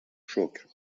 شکر